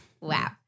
wow